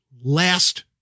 last